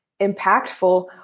impactful